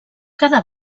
cada